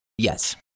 Yes